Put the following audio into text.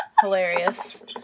hilarious